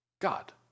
God